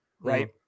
right